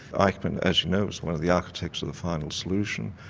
eichmann, as you know, was one of the architects of the final solution,